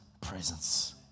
presence